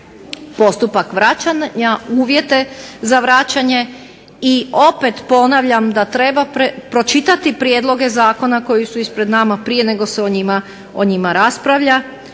postupak vraćanja, uvjete za vraćanje i opet ponavljam da treba pročitati prijedloge zakona koji su ispred nas prije nego se o njima raspravlja.